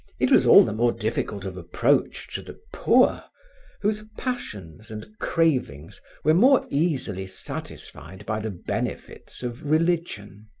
it was all the more difficult of approach to the poor whose passions and cravings were more easily satisfied by the benefits of religion.